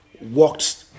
walked